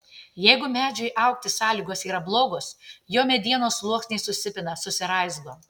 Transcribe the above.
jeigu medžiui augti sąlygos yra blogos jo medienos sluoksniai susipina susiraizgo